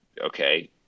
okay